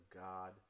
God